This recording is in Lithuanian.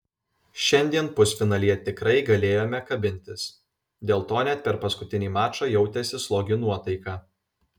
šiandien pusfinalyje tikrai galėjome kabintis dėl to net per paskutinį mačą jautėsi slogi nuotaika